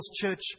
Church